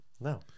No